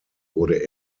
wurde